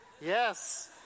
Yes